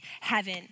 heaven